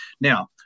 Now